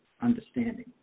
understanding